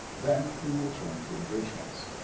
then we will turn to abridgements.